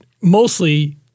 mostly